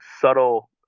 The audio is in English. subtle